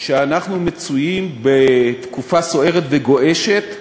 שאנחנו מצויים בתקופה סוערת וגועשת,